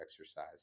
exercise